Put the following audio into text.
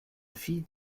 fille